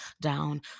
down